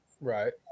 Right